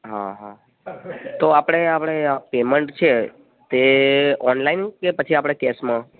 હા હા તો આપણે આપણે પેમેન્ટ છે તે ઓનલાઇન કે પછી આપણે કેસમાં